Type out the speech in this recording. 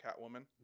Catwoman